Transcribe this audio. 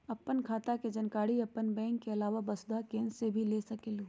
आपन खाता के जानकारी आपन बैंक के आलावा वसुधा केन्द्र से भी ले सकेलु?